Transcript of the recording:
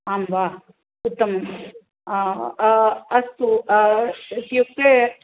आं वा उत्तमम् अस्तु इत्युक्ते